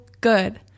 good